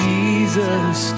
Jesus